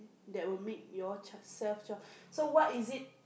that will make your child self child so what is it